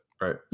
Right